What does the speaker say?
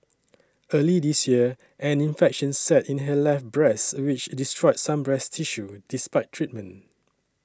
early this year an infection set in her left breast which destroyed some breast tissue despite treatment